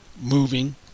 moving